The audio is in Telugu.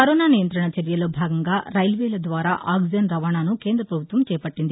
కరోనా నియంతణ చర్యల్లో భాగంగా రైల్వేల ద్వారా ఆక్సిజన్ రవాణాను కేంద్ర ప్రభుత్వం చేపట్టింది